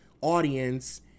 audience